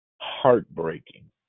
heartbreaking